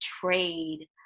trade